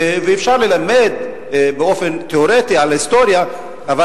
ואפשר ללמד באופן תיאורטי על ההיסטוריה אבל